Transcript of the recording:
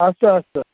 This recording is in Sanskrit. अस्तु अस्तु